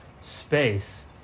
space